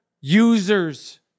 users